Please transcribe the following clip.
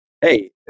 hey